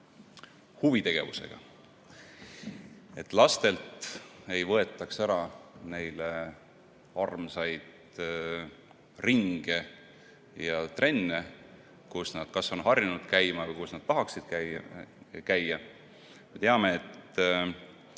huvitegevusest, et lastelt ei võetaks ära neile armsaid ringe ja trenne, kus nad on harjunud käima või kus nad tahaksid käia. Me teame, et